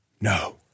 No